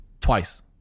Twice